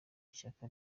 ishyaka